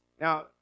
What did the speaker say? Now